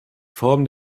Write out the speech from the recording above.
form